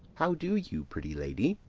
how do you, pretty lady?